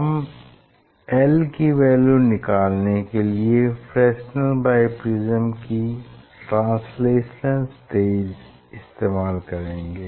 हम एल की वैल्यू निकालने के लिए फ्रेसनेल बाइप्रिज्म की ट्रांसलेशनल स्टेज इस्तेमाल करेंगे